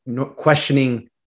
questioning